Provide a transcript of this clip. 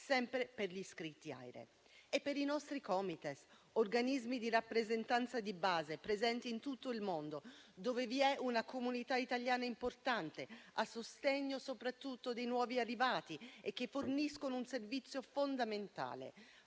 sempre per gli iscritti AIRE. Per i nostri Comites, organismi di rappresentanza di base presenti in tutto il mondo, dove vi è una comunità italiana importante a sostegno soprattutto dei nuovi arrivati, che forniscono un servizio fondamentale,